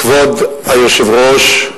כבוד היושב-ראש,